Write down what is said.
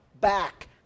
back